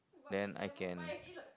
then I can